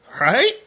right